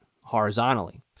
horizontally